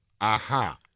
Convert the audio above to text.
Aha